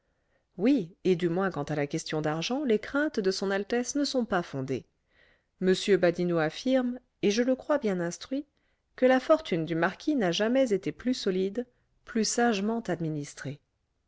oui et du moins quant à la question d'argent les craintes de son altesse ne sont pas fondées m badinot affirme et je le crois bien instruit que la fortune du marquis n'a jamais été plus solide plus sagement administrée